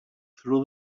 through